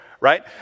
Right